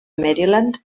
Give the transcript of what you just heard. maryland